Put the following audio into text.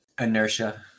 Inertia